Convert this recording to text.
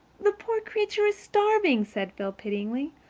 the poor creature is starving, said phil pityingly.